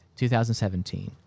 2017